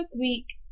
Greek